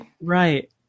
Right